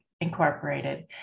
Incorporated